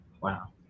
Wow